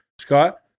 Scott